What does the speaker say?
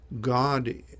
God